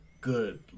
good